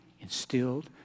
instilled